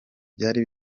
byari